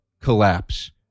collapse